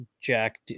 Jack